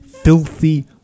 Filthy